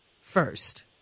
first